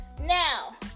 Now